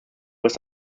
was